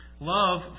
love